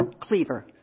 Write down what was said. cleaver